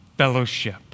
fellowship